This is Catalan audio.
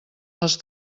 els